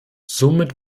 somit